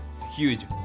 huge